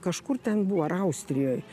kažkur ten buvo ar austrijoj